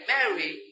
Mary